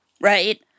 right